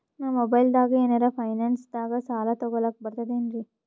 ನಾ ಮೊಬೈಲ್ದಾಗೆ ಏನರ ಫೈನಾನ್ಸದಾಗ ಸಾಲ ತೊಗೊಲಕ ಬರ್ತದೇನ್ರಿ?